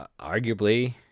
arguably